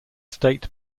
state